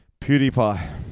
PewDiePie